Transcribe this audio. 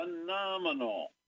Phenomenal